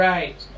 Right